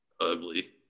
ugly